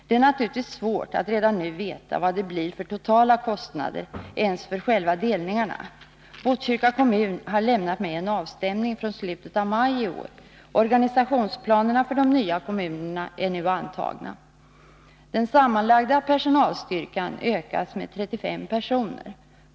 Det är naturligtvis svårt att redan nu veta vad det blir för totala kostnader för själva delningarna. Botkyrka kommun har lämnat mig en avstämning från slutet av maj i år. Organisationsplanerna för de nya kommunerna är nu antagna. Den sammanlagda personalstyrkan ökas med 35 personer.